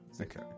Okay